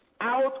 out